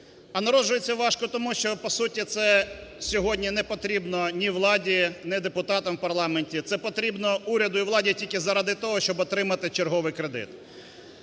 А народжується важко тому, що по суті це сьогодні не потрібно ні владі, ні депутатам в парламенті, це потрібно уряду і владі тільки заради того, щоб отримати черговий кредит.